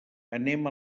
anem